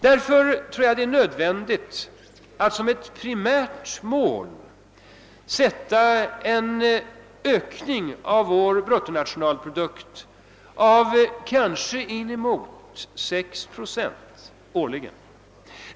Därför tror jag det är nödvändigt att som ett primärt mål sätta en ökning av vår bruttonationalprodukt med kanske inemot 6 procent årligen.